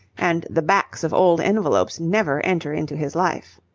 and the backs of old envelopes never enter into his life.